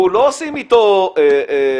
לא עושים איתו טייארות,